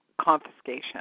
confiscation